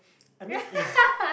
I mean